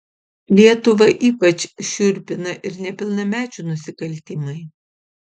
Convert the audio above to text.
lietuvą ypač šiurpina ir nepilnamečių nusikaltimai